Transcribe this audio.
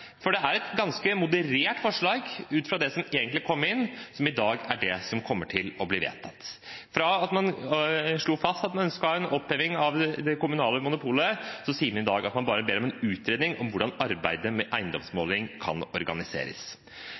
for det er et ganske moderert forslag ut fra det som egentlig kom inn, som i dag er det som kommer til å bli vedtatt. Fra at man slo fast at man ønsket en oppheving av det kommunale monopolet, sier man i dag at man bare ber om en utredning om hvordan arbeidet med eiendomsoppmåling skal organiseres.